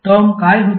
तर टर्म काय होती